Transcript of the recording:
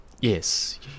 yes